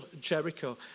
Jericho